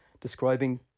describing